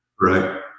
Right